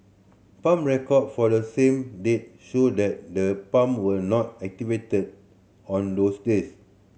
pump record for the same date show that the pump were not activated on those days